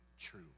true